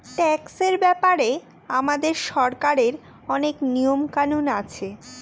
tax ব্যাপারে আমাদের সরকারের অনেক নিয়ম কানুন আছে